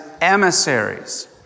emissaries